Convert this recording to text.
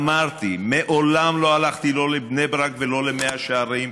אמרתי: מעולם לא הלכתי לא לבני ברק ולא למאה שערים,